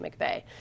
McVeigh